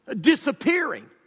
disappearing